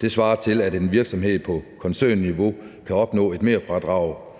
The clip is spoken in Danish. Det svarer til, at en virksomhed på koncernniveau kan opnå et merfradrag